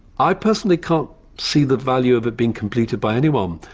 i personally can't see the value of it being completed by anyone,